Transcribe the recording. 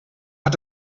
hat